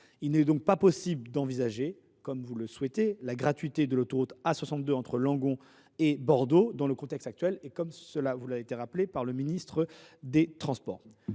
Il n’est donc pas possible d’envisager, comme vous le souhaitez, la gratuité de l’autoroute A62 entre Langon et Bordeaux dans le contexte actuel, comme cela vous a été indiqué par le ministre des transports.